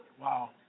Wow